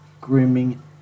grooming